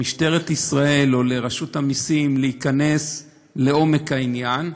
למשטרת ישראל או לרשות המסים להיכנס לעומק העניין,